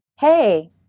hey